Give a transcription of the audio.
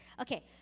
Okay